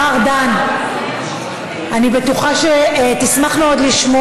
אני מבקש מכולם לשבת.